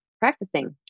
practicing